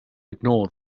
ignore